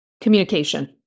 communication